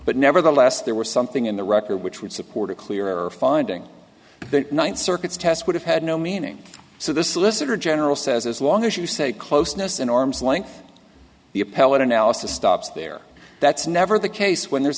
but nevertheless there was something in the record which would support a clearer finding the ninth circuit's test would have had no meaning so this illicit or general says as long as you say closeness in arm's length the appellate analysis stops there that's never the case when there